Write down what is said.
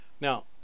Now